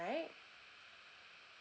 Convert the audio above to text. right